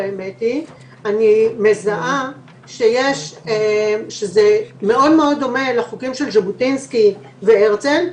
אני מזהה שזה מאוד דומה לחוקים של ז'בוטינסקי והרצל,